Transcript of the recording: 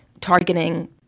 targeting